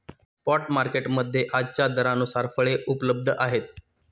spot market मध्ये आजच्या दरानुसार फळे उपलब्ध आहेत